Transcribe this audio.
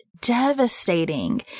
devastating